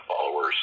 followers